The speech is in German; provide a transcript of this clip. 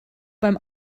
beim